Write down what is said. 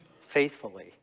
faithfully